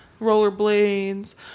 Rollerblades